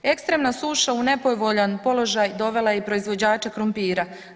Ekstremna suša u nepovoljan položaj dovela je i proizvođača krumpira.